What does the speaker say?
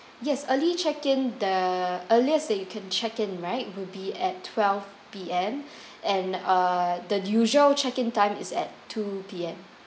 yes early check in the earliest that you can check in right would be at twelve P_M and uh the usual check in time is at two P_M